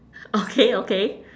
okay okay